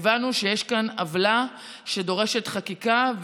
הבנו שיש כאן עוולה שדורשת חקיקה.